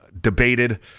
Debated